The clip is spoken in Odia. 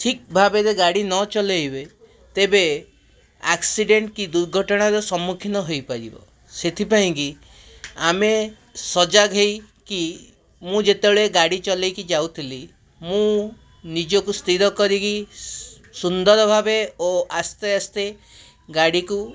ଠିକ୍ ଭାବେରେ ଗାଡ଼ି ନ ଚଲେଇବେ ତେବେ ଆକ୍ସିଡ଼େଣ୍ଟ୍ କି ଦୁର୍ଘଟଣାର ସମ୍ମୁଖୀନ ହୋଇପାରିବ ସେଥିପାଇଁକି ଆମେ ସଜାଗ୍ ହେଇକି ମୁଁ ଯେତେବେଳେ ଗାଡ଼ି ଚଳାଇକି ଯାଉଥିଲି ମୁଁ ନିଜକୁ ସ୍ଥିର କରିକି ସୁ ସୁନ୍ଦର ଭାବେ ଓ ଆସ୍ତେ ଆସ୍ତେ ଗାଡ଼ିକୁ